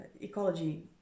ecology